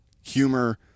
humor